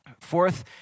Fourth